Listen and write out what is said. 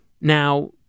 now